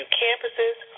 campuses